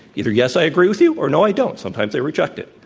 either yes i agree with you or no i don't. sometimes they reject it.